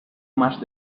más